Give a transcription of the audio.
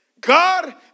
God